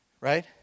right